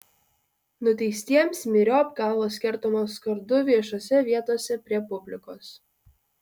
nuteistiems myriop galvos kertamos kardu viešose vietose prie publikos